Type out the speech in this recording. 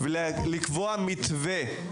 ולקבוע מתווה,